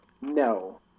No